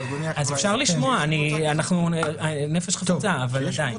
אז אפשר לשמוע, אנחנו בנפש חפצה, אבל עדיין.